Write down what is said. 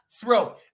throw